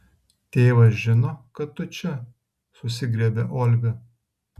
tėvas žino kad tu čia susigriebia olga